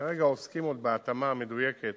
כרגע עוסקים עוד בהתאמה המדויקת